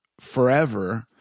forever